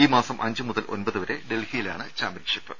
ഈ മാസം അഞ്ച് മുതൽ ഒൻപത് വരെ ഡൽഹിയി ലാണ് ചാമ്പ്യൻഷിപ്പ്